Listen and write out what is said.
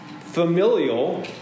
familial